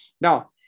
Now